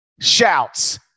shouts